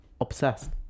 Obsessed